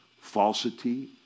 falsity